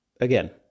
again